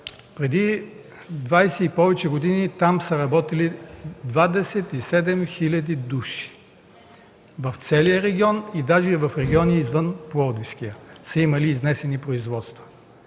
Преди 20 и повече години там са работили 27 хил. души в целия регион и даже в регион извън Пловдивския, имали са изнесени производства.